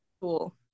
Cool